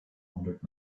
hundred